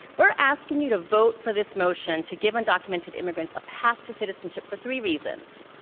we're asking you to vote for this motion to give undocumented immigrants a path to citizenship for three reasons.